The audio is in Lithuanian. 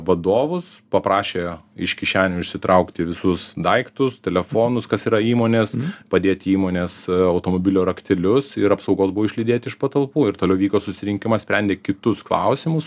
vadovus paprašė iš kišenių išsitraukti visus daiktus telefonus kas yra įmonės padėti įmonės automobilio raktelius ir apsaugos buvo išlydėti iš patalpų ir toliau vyko susirinkimas sprendė kitus klausimus